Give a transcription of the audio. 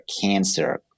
cancer